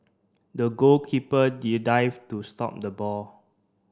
the goalkeeper dived to stop the ball